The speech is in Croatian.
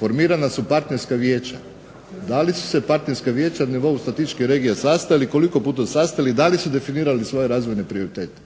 Formirana su partnerska vijeća, da li su se partijska vijeća na nivou statističkih regija sastali, koliko puta sastali i da li su definirali svoje razvojne prioritete?